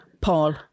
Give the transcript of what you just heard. Paul